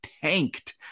tanked